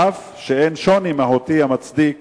אף שאין שוני מהותי המצדיק